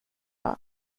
vara